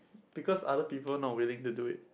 because other people not willing to do it